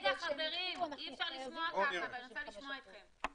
חברים, אי אפשר לשמוע ככה ואני רוצה לשמוע אתכם.